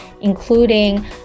including